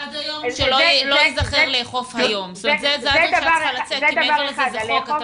--- מעבר לזה זה חוק,